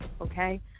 Okay